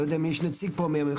אני לא יודע אם יש נציג פה מהמכללה,